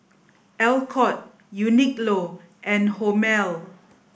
Alcott Uniqlo and Hormel